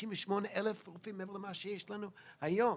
58,000 רופאים מעבר למה שיש לנו היום,